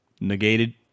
negated